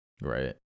Right